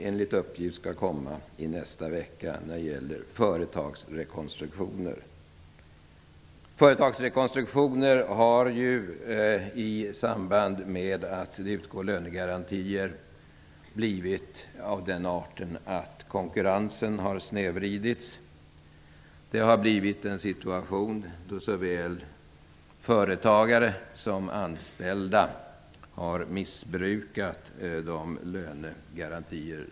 Enligt uppgift skall en remiss om företagsrekonstruktion komma från Lagrådet i nästa vecka. I samband med att det utgår lönegarantier snedvrids konkurrensen. Vi har fått en situation där såväl företagare som anställda har missbrukat lönegarantin.